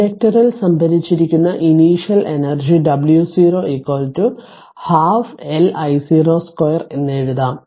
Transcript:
ഇൻഡക്ടറിൽ സംഭരിച്ചിരിക്കുന്ന initial energy W 0 12 LI02 എന്ന് എഴുതാം